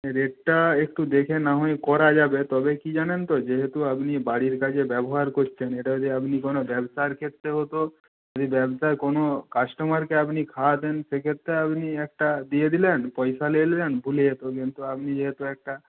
রেটটা একটু দেখে না হয় করা যাবে তবে কী জানেন তো যেহেতু আপনি বাড়ির কাজে ব্যবহার করছেন এটা যদি আপনি কোনো ব্যবসার ক্ষেত্রে হতো যদি ব্যবসার কোনো কাস্টমারকে আপনি খাওয়াতেন সেক্ষেত্রে আপনি একটা দিয়ে দিলেন পয়সা নিয়ে নিলেন ভুলে যেত কিন্তু আপনি যেহেতু একটা